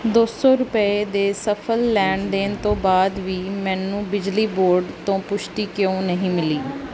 ਦੋ ਸੌ ਰੁਪਏ ਦੇ ਸਫ਼ਲ ਲੈਣ ਦੇਣ ਤੋਂ ਬਾਅਦ ਵੀ ਮੈਨੂੰ ਬਿਜਲੀ ਬੋਰਡ ਤੋਂ ਪੁਸ਼ਟੀ ਕਿਉਂ ਨਹੀਂ ਮਿਲੀ